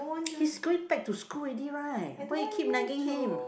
he's going back to school already right why you keep nagging him